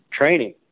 training